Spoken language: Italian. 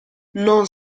non